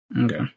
Okay